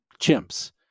chimps